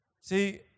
See